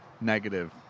negative